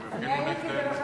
אני הייתי,